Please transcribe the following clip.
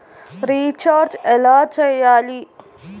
Recharge ఎలా చెయ్యాలి?